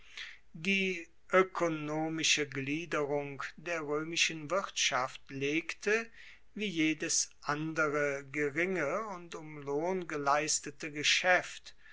die oekonomische gliederung der roemischen wirtschaft legte wie jedes andere geringe und um lohn geleistete geschaeft